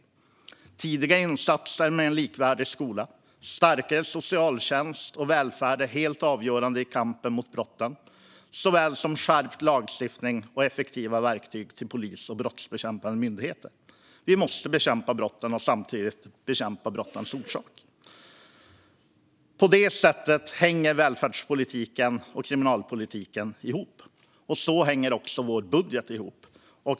Såväl tidiga insatser för en likvärdig skola, starkare socialtjänst och välfärd som skärpt lagstiftning och effektiva verktyg för polis och brottsbekämpande myndigheter är helt avgörande i kampen mot brotten. Vi måste bekämpa brotten och samtidigt bekämpa brottens orsaker. På det sättet hänger välfärdspolitiken och kriminalpolitiken ihop. Så hänger också vår budget ihop.